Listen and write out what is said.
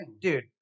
dude